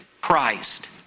Christ